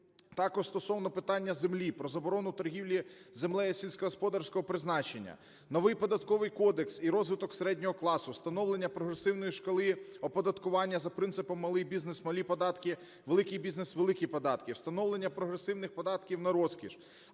також стосовно питання землі, про заборону торгівлі землею сільськогосподарського призначення; новий Податковий кодекс і розвиток середнього класу, встановлення прогресивної шкали оподаткування за принципом: "малий бізнес – малі податки, великий бізнес – великі податки"; встановлення прогресивних податків на розкіш;